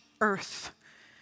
earth